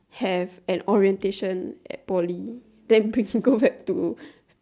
have an orientation at poly then quickly go back to